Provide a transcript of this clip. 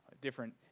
Different